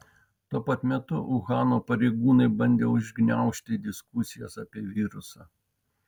tuo pat metu uhano pareigūnai bandė užgniaužti diskusijas apie virusą